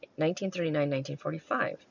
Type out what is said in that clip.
1939-1945